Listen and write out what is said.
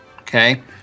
Okay